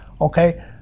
Okay